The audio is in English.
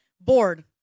Bored